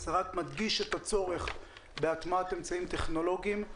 זה רק מדגיש את הצורך בהטמעת אמצעים טכנולוגיים.